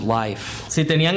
life